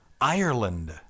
ireland